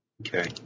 Okay